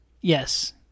yes